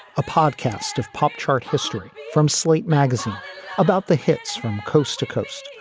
a podcast of pop chart history from slate magazine about the hits from coast to coast.